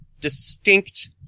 distinct